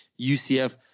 UCF